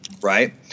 right